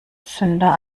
sünder